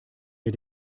wir